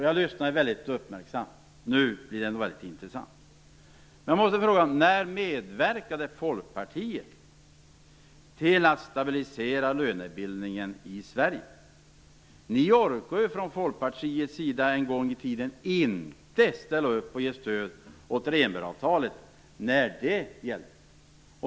Jag lyssnade väldigt uppmärksamt och tänkte: Nu blir det nog väldigt intressant. Men jag måste fråga: När medverkade Folkpartiet till att stabilisera lönebildningen i Sverige? Ni orkade ju från Folkpartiets sida en gång i tiden inte ställa upp och ge stöd åt Rehnbergavtalet när det gällde.